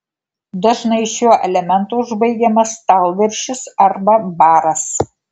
dažnai šiuo elementu užbaigiamas stalviršis arba baras